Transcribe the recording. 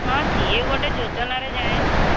ହଁ ସିଏ ଗୋଟେ ଯୋଜନାରେ ଯାଏନା